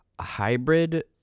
hybrid